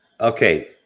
Okay